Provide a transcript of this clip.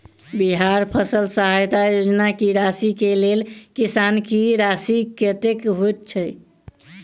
बिहार फसल सहायता योजना की राशि केँ लेल किसान की राशि कतेक होए छै?